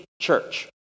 church